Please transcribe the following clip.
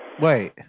Wait